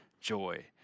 Joy